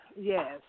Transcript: yes